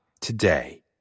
today